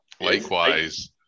likewise